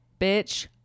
bitch